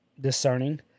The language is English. discerning